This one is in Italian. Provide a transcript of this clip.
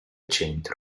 centro